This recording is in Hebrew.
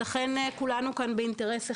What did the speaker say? לכן כולנו באינטרס אחד,